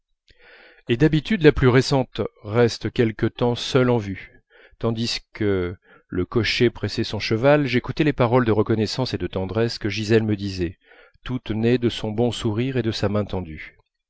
et d'habitude la plus récente reste quelque temps seule en vue tandis que le cocher pressait son cheval j'écoutais les paroles de reconnaissance et de tendresse que gisèle me disait toutes nées de son bon sourire et de sa main tendue